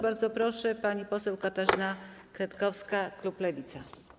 Bardzo proszę, pani poseł Katarzyna Kretkowska, klub Lewica.